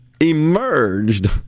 emerged